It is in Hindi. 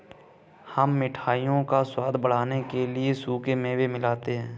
हम मिठाइयों का स्वाद बढ़ाने के लिए सूखे मेवे मिलाते हैं